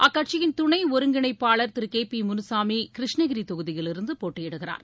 அக்கட்சியின் துணை ஒருங்கிணைப்பாளர் திரு கே பி முனுசாமி கிருஷ்ணகிரி தொகுதியிலிருந்து போட்டியிடுகிறார்